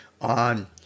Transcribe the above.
on